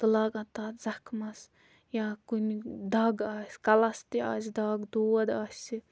تہٕ لاگان تَتھ زَخمَس یا کُنہِ دَگ آسہِ کَلَس تہِ آسہِ دَگ دود آسہِ